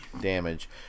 damage